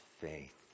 faith